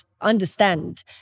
understand